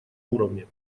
уровне